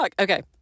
Okay